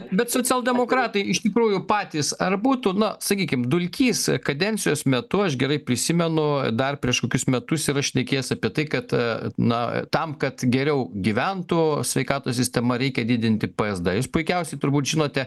bet socialdemokratai iš tikrųjų patys ar būtų nu sakykim dulkys kadencijos metu aš gerai prisimenu dar prieš kokius metus yra šnekėjęs apie tai kad na tam kad geriau gyventų sveikatos sistema reikia didinti psd jūs puikiausiai turbūt žinote